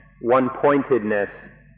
one-pointedness